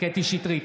קטי קטרין שטרית,